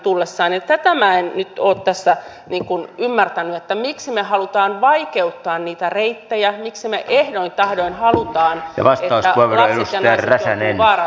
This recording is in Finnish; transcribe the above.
tätä minä en nyt ole tässä ymmärtänyt miksi me haluamme vaikeuttaa niitä reittejä miksi me ehdoin tahdoin haluamme että lapset ja naiset joutuvat vaarallisille reiteille